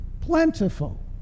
plentiful